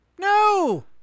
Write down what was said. No